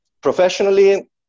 professionally